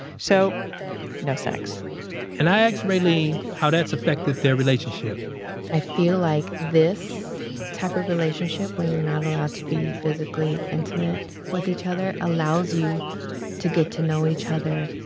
so no sex and i asked raylene how that's affected their relationship i feel like this type of relationship when you're not allowed to be physically intimate with each other, allows you to get to know each other